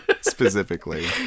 specifically